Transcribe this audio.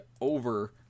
over